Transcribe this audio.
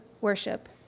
worship